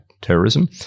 terrorism